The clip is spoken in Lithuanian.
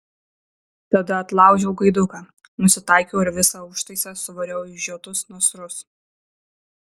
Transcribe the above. tada atlaužiau gaiduką nusitaikiau ir visą užtaisą suvariau į išžiotus nasrus